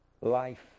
life